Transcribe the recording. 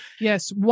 yes